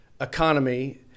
economy